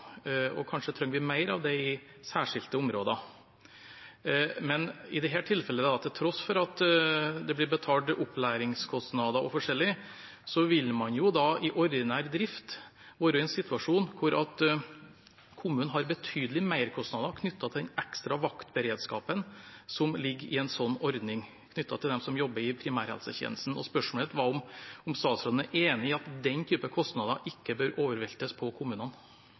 og kanskje trenger vi mer av det i særskilte områder. Men i dette tilfellet – til tross for at det blir betalt opplæringskostnader og forskjellig – vil man da i ordinær drift være i en situasjon der kommunen har betydelige merkostnader knyttet til den ekstra vaktberedskapen som ligger i en slik ordning, med tanke på dem som jobber i primærhelsetjenesten. Spørsmålet mitt var om statsråden er enig i at den typen kostnader ikke bør veltes over på kommunene.